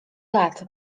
lat